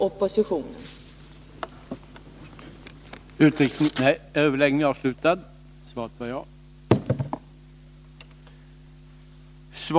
Onsdagen den